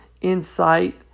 insight